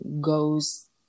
goes